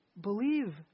Believe